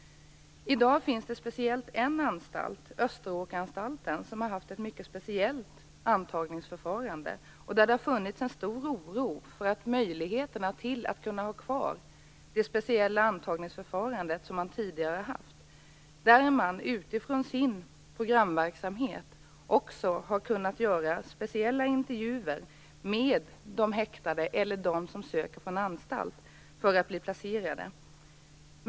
I dag finns det speciellt en anstalt, Österåkersanstalten, som har haft ett mycket speciellt intagningsförfarande. Där har det funnits en stor oro för möjligheterna att ha kvar det speciella intagningsförfarande man tidigare har haft. Man har utifrån sin programverksamhet kunnat göra speciella intervjuer med de häktade och dem som sökt från anstalt för att bli placerade.